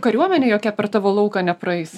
kariuomenė jokia per tavo lauką nepraeis